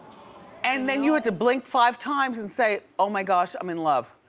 and then you had to blink five times and say, oh my gosh, i'm in love.